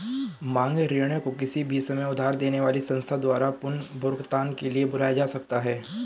मांग ऋण को किसी भी समय उधार देने वाली संस्था द्वारा पुनर्भुगतान के लिए बुलाया जा सकता है